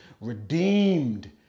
redeemed